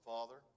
Father